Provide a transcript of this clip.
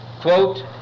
quote